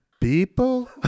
people